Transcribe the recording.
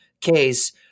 case